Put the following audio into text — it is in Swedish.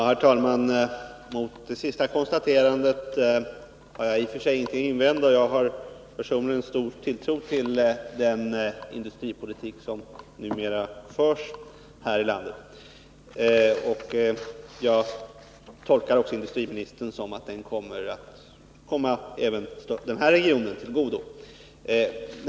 Herr talman! Jag har i och för sig ingenting att invända mot det sista konstaterandet. Personligen har jag stor tilltro till den industripolitik som numera förs här i landet. Jag tolkar industriministern så, att den också skall komma den här regionen till godo.